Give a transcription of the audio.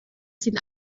sind